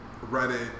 Reddit